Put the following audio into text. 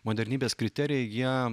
modernybės kriterijai jie